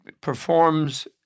performs